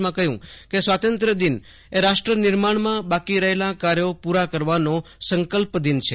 તેમાં શ્રી કોવિંદે કહ્યું કે સ્વાતંત્ર્ય દિન રાષ્ટ્રનિર્માણમાં બાકી રહેલા કાર્યો પૂરા કરવાનો સંકલ્પદિન છે